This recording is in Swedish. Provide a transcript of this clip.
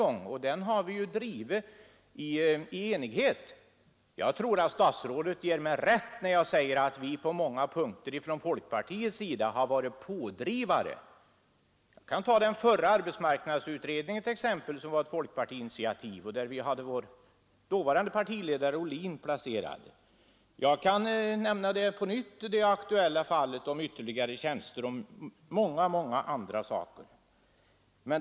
Denna upprustning har vi drivit i enighet. Jag tror att statsrådet ger mig rätt, när jag säger att folkpartiet många gånger varit pådrivare. Jag kan t.ex. ta den förra arbetsmarknadsutredningen, som var ett folkpartiinitiativ. I denna utredning deltog folkpartiets dåvarande ledare Bertil Ohlin. Jag kan nämna det aktuella fallet — om ytterligare tjänster vid arbetsförmedlingen — på nytt och jag kan nämna många andra exempel.